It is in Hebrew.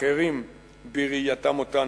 אחרים בראייתם אותנו.